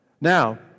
now